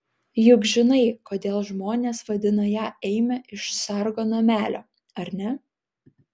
juk žinai kodėl žmonės vadina ją eime iš sargo namelio ar ne